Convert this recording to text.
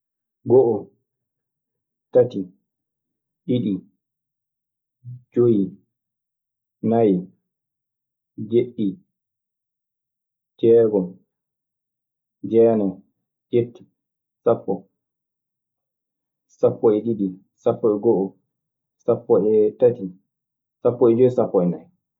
Go'o, tati, ɗiɗi, joy, nay, jeɗɗi, jeegon, jeenay, jetti, sappo, sappo e ɗiɗi, sappo e go'o, sappo e tati, sappo e joy, sappo e nay.